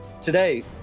today